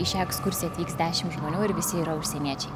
į šią ekskursiją atvyks dešim žmonių ir visi yra užsieniečiai